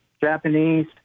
Japanese